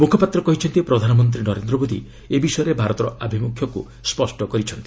ମୁଖପାତ୍ର କହିଛନ୍ତି ପ୍ରଧାନମନ୍ତ୍ରୀ ନରେନ୍ଦ୍ର ମୋଦି ଏ ବିଷୟରେ ଭାରତର ଆଭିମ୍ରଖ୍ୟକ୍ ସ୍ୱଷ୍ଟ କରିଥିଲେ